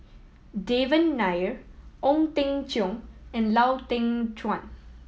Devan Nair Ong Teng Cheong and Lau Teng Chuan